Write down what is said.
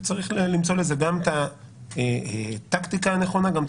וצריך למצוא לזה גם את הטקטיקה הנכונה וגם את